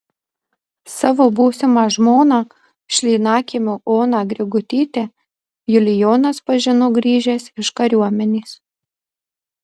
savo būsimą žmoną šlynakiemio oną grigutytę julijonas pažino grįžęs iš kariuomenės